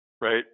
Right